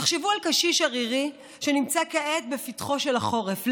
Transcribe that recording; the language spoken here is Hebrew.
תחשבו על קשיש ערירי שנמצא כעת בפתחו של החורף,